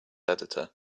editor